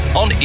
on